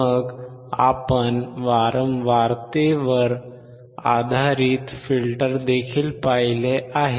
मग आपण वारंवारतेवर आधारित फिल्टर देखील पाहिले आहेत